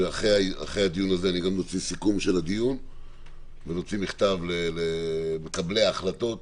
דיברנו שאחרי הדיון אוציא סיכום של הדיון ואוציא מכתב למקבלי ההחלטות,